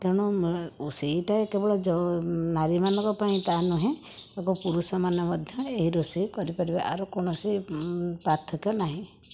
ତେଣୁ ସେଇଟା କେବଳ ନାରୀମାନଙ୍କ ପାଇଁ ତାହା ନୁହେଁ ଏବଂ ପୁରୁଷମାନେ ମଧ୍ୟ ଏହି ରୋଷେଇ କରି ପାରିବେ ଆର କୌଣସି ପାର୍ଥକ୍ୟ ନାହିଁ